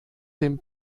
dem